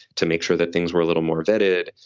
to make sure that things were a little more vetted,